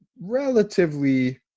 relatively